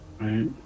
Right